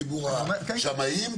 ציבור השמאים?